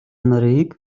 нарыг